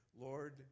Lord